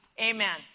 Amen